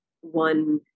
one